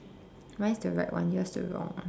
mine is the right one yours is the wrong one